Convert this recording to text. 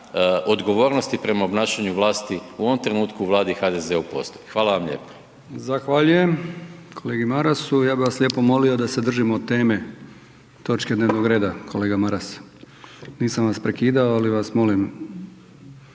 odgovornosti prema obnašanju vlasti u ovom trenutku u Vladi i HDZ-u postoji. Hvala vam lijepo. **Brkić, Milijan (HDZ)** Zahvaljujem kolegi Marasu. Ja bih vas lijepo molio da se držimo teme točke dnevnog reda, kolega Maras. Nisam vas prekidao ali vas molim